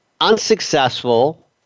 unsuccessful